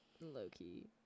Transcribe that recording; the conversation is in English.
low-key